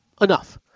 Enough